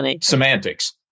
semantics